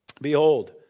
Behold